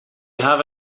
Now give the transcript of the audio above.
have